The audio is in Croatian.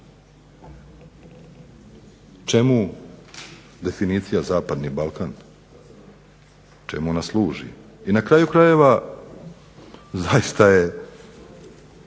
Čemu definicija zapadni Balkan, čemu ona služi? I na kraju krajeva, zaista je